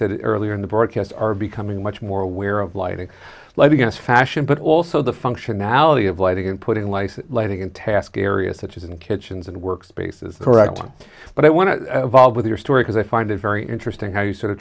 said earlier in the broadcast are becoming much more aware of lighting letting us fashion but also the functionality of lighting and putting life lighting in task areas such as in kitchens and workspace is the correct one but i want to with your story because i find it very interesting how you sort of